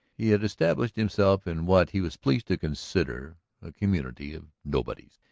he had established himself in what he was pleased to consider a community of nobodies,